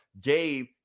Gabe